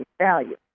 value